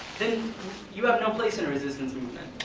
then you have no place in a resistance movement.